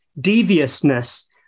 deviousness